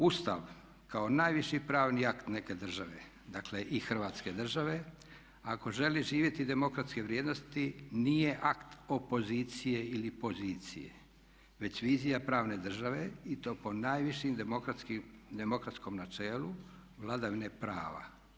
Ustav kao najviši pravni akt neke države, dakle i Hrvatske države ako želi živjeti demokratske vrijednosti nije akt opozicije ili pozicije, već vizija pravne države i to po najvišim demokratskim načelima vladavine prava.